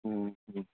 ହୁଃ